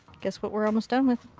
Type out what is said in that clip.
guess what we're almost done with?